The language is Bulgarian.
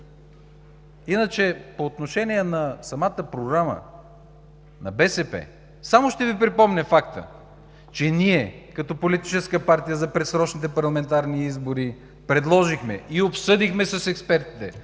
Иначе по отношение на самата програма на БСП, само ще Ви припомня факта, че ние като политическа партия за предсрочните парламентарни избори предложихме и обсъдихме с експертите